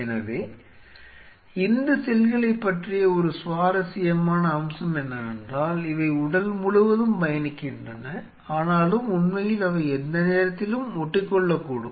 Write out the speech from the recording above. எனவே இந்த செல்களைப் பற்றிய ஒரு சுவாரஸ்யமான அம்சம் என்னவென்றால் இவை உடல் முழுவதும் பயணிக்கின்றன ஆனாலும் உண்மையில் அவை எந்த நேரத்திலும் ஒட்டிக்கொள்ளக்கூடும்